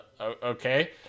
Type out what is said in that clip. Okay